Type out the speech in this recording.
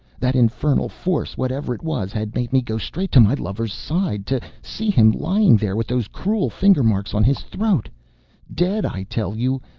that infernal force, what ever it was, had made me go straight to my lover's side, to see him lying there, with those cruel finger marks on his throat dead, i tell you,